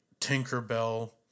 Tinkerbell